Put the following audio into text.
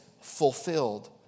fulfilled